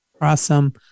Awesome